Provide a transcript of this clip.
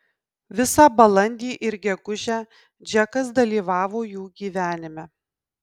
visą balandį ir gegužę džekas dalyvavo jų gyvenime